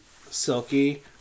Silky